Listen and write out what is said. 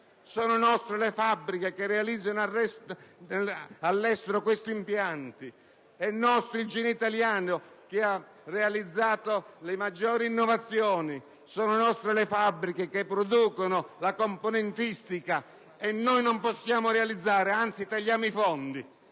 sono nostre le fabbriche che realizzano all'estero tali impianti; è il nostro genio italiano che ha realizzato le maggiori innovazioni; sono nostre le fabbriche che producono la componentistica. Noi invece non possiamo realizzare, anzi tagliamo i fondi